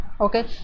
okay